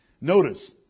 Notice